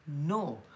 No